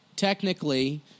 technically